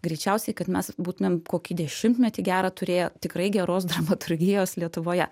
greičiausiai kad mes būtumėm kokį dešimtmetį gerą turėję tikrai geros dramaturgijos lietuvoje